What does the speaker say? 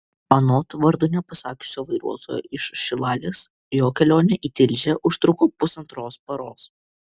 anot vardo nepasakiusio vairuotojo iš šilalės jo kelionė į tilžę užtruko pusantros paros